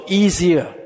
easier